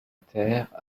terre